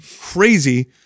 crazy